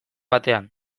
batean